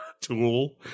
tool